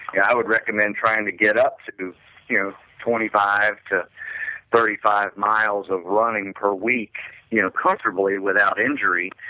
i would recommend trying to get up to do you know twenty five to thirty five miles of running per week you know comfortably without injury